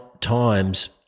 times